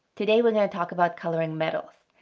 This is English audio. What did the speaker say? today we're going to talk about coloring metals,